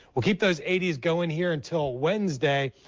we'll keep those eighty s going here until wednesday,